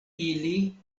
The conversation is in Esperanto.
ili